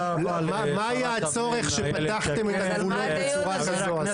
מה היה הצורך שפתחתם את הגבולות בצורה כזו,